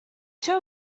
two